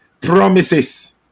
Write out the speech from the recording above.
promises